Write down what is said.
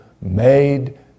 made